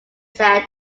said